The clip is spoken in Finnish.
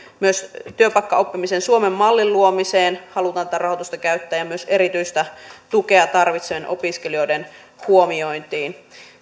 myös työpaikkaoppimisen suomen mallin luomiseen halutaan tätä rahoitusta käyttää ja myös erityistä tukea tarvitsevien opiskelijoiden huomiointiin